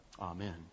Amen